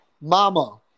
Mama